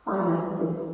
finances